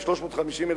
1,350,